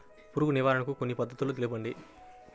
పురుగు నివారణకు కొన్ని పద్ధతులు తెలుపండి?